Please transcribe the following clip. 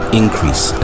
increase